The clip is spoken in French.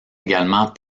également